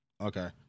Okay